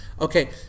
okay